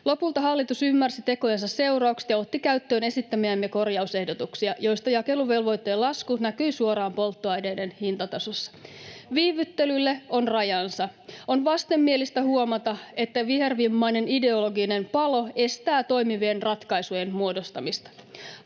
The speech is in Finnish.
Lopulta hallitus ymmärsi tekojensa seuraukset ja otti käyttöön esittämiämme korjausehdotuksia, joista jakeluvelvoitteen lasku näkyi suoraan polttoaineiden hintatasossa. Viivyttelylle on rajansa. On vastenmielistä huomata, että vihervimmainen ideologinen palo estää toimivien ratkaisujen muodostamista.